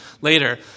later